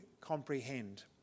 comprehend